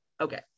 Okay